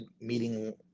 meeting